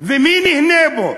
ומי נהנה ממנו?